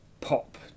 pop